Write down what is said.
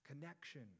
connection